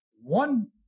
one